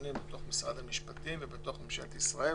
האיזונים בתוך משרד המשפטים ובתוך ממשלת ישראל.